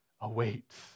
awaits